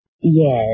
Yes